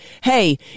hey